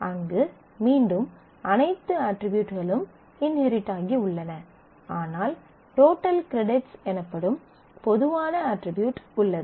அங்கு மீண்டும் அனைத்து அட்ரிபியூட்களும் இன்ஹெரிட் ஆகி உள்ளன ஆனால் டோட்டல் கிரெடிட்ஸ் எனப்படும் பொதுவான அட்ரிபியூட் உள்ளது